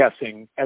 guessing